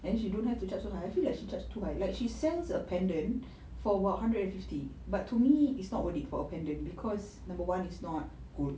and she don't have to charge so high I feel like she charges too high like she sells a pendant for about hundred and fifty but to me it's not worth it for a pendant because number one it's not gold